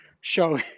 show